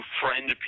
friend